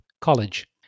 College